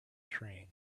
train